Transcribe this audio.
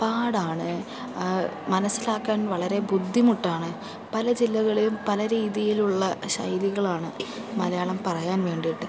പാടാണ് മനസിലാക്കാൻ വളരെ ബുദ്ധിമുട്ടാണ് പല ജില്ലകളെയും പല രീതീലുള്ള ശൈലികളാണ് മലയാളം പറയാൻ വേണ്ടീട്ട്